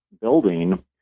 building